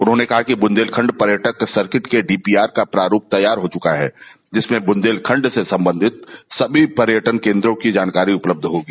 उन्होंने कहा कि बुंदेलखण्ड पर्यटक सर्किट के डीपीआर का प्रारूप तैयार हो चुका है जिसमें बुंदेलखंड से संबंधित सभी पर्यटन केन्द्रों की जानकारी उपलब्ध होगी